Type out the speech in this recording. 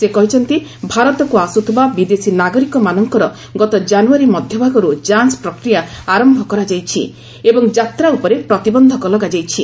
ସେ କହିଛନ୍ତି ଭାରତକୁ ଆସୁଥିବା ବିଦେଶୀ ନାଗରିକମାନଙ୍କର ଗତ ଜାନୁୟାରୀ ମଧ୍ୟଭାଗରୁ ଯାଞ୍ ପ୍ରକ୍ରିୟା ଆରମ୍ଭ କରାଯାଇଛି ଏବଂ ଯାତ୍ରା ଉପରେ ପ୍ରତିବନ୍ଧକ ଲଗାଯାଇଛି